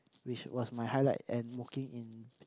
which was my highlight and working in